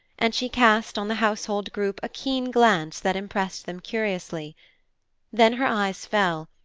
and she cast on the household group a keen glance that impressed them curiously then her eyes fell,